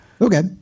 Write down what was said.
Okay